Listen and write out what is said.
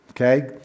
Okay